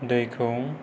दैखौ